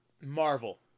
Marvel